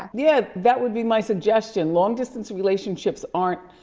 yeah, that would be my suggestion. long distance relationships aren't